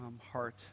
heart